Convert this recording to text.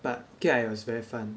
but okay lah it was very fun